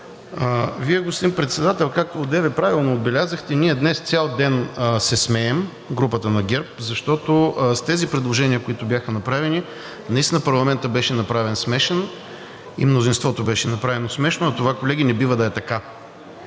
Вие, господин Председател, както одеве правилно отбелязахте, ние днес цял ден се смеем – групата на ГЕРБ, защото с тези предложения, които бяха направени, наистина парламентът беше направен смешен и мнозинството беше направено смешно, а това, колеги, не бива да е така.